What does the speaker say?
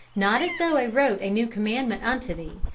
not as though i wrote a new commandment unto thee,